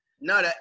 No